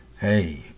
Hey